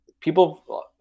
people